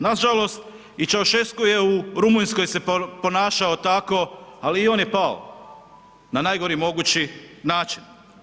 Nažalost i Ceausescu je u Rumunjskoj se ponašao tako ali i on je pao na najgori mogući način.